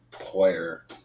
player